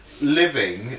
Living